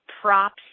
props